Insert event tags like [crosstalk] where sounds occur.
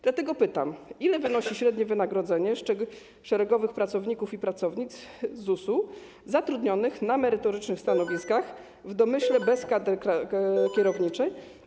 Dlatego pytam: Ile wynosi średnie wynagrodzenie szeregowych pracowników i pracownic ZUS zatrudnionych na merytorycznych stanowiskach, [noise] w domyśle: bez kadry kierowniczej?